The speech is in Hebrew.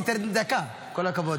נכלא ונחקר בתנאים